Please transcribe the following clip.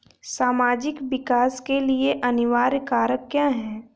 सामाजिक विकास के लिए अनिवार्य कारक क्या है?